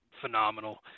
phenomenal